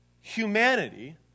humanity